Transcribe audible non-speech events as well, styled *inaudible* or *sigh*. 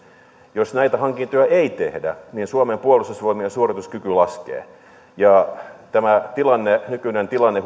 jos näitä hankintoja ei tehdä suomen puolustusvoimien suorituskyky laskee tämä nykyinen tilanne *unintelligible*